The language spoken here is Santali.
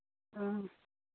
ᱦᱚᱸ